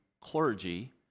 clergy